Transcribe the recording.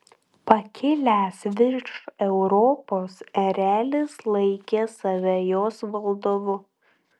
pakilęs virš europos erelis laikė save jos valdovu